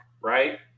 right